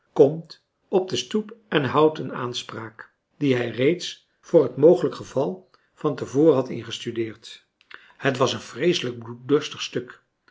komt op de stoep en houdt een aanspraak die hij reeds voor het mogelijke geval van te voren had ingestudeerd het was een vreeselijk bloeddorstig stuk